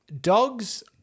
dogs